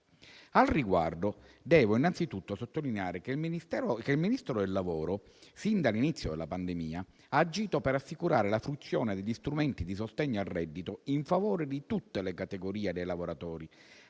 Al riguardo, devo anzitutto sottolineare che il Ministro del lavoro e delle politiche sociali, fin dall'inizio della pandemia, ha agito per assicurare la funzione degli strumenti di sostegno al reddito in favore di tutte le categorie dei lavoratori,